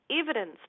evidence